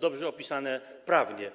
dobrze opisane prawnie.